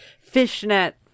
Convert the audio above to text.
fishnet